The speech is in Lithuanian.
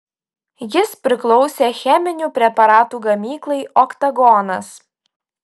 jis priklausė cheminių preparatų gamyklai oktagonas